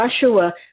Joshua